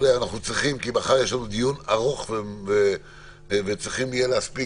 מחר יש לנו דיון ארוך ונהיה צריכים להספיק